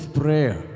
prayer